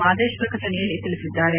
ಮಾದೇಶ್ ಪ್ರಕಟಣೆಯಲ್ಲಿ ತಿಳಿಸಿದ್ದಾರೆ